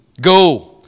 Go